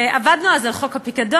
ועבדנו אז על חוק הפיקדון,